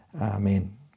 Amen